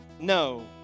No